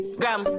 gram